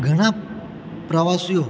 ઘણા પ્રવાસીઓ